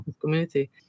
community